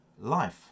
life